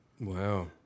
wow